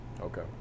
Okay